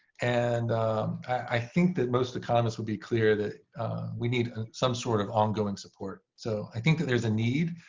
and i think that most economists would be clear that we need some sort of ongoing support. so i think that there's a need.